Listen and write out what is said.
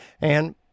and-